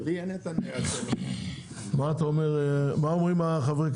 שאתה בין הבודדים ששם על השולחן את מה שחשוב לציבור,